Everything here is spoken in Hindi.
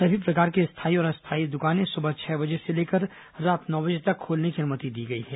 सभी प्रकार के स्थायी और अस्थायी दुकानें सुबह छह बजे से लेकर रात नौ बजे तक खोलने की अनुमति दी गई है